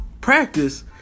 Practice